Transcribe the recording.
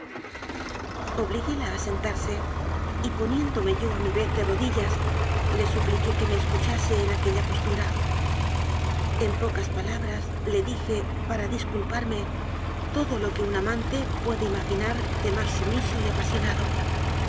obliguéla a sentarse y poniéndome yo a mi vez de rodillas le supliqué que me escuchase en aquella postura en pocas palabras le dije para disculparme todo lo que un amante puede ima ginar de más sumiso y apasionado